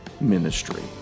ministry